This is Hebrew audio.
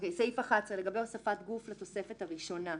סעיף 11 לגבי הוספת גוף לתוספת הראשונה.